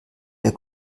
der